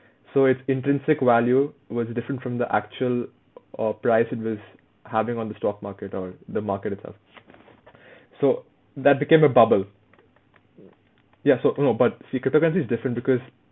so its intrinsic value was different from the actual uh price it was having on the stock market or the market itself so that became a bubble ya so no but cryptocurrency is different because